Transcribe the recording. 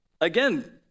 Again